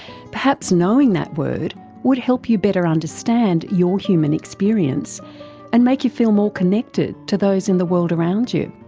perhaps knowing that word would help you better understand your human experience and make you feel more connected to those in the world around you?